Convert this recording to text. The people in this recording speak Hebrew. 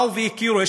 באו והכירו.